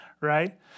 right